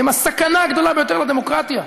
הן הסכנה הגדולה ביותר לדמוקרטיה.